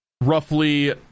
Roughly